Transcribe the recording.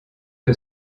que